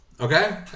Okay